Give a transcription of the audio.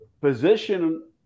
Position